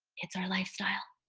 it's our lifestyle.